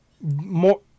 More